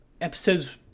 episodes